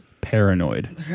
paranoid